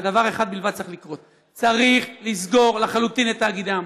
ודבר אחד בלבד צריך לקרות: צריך לסגור לחלוטין את תאגידי המים.